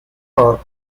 are